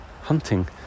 hunting